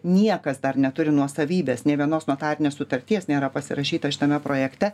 niekas dar neturi nuosavybės nė vienos notarinės sutarties nėra pasirašyta šitame projekte